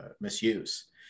misuse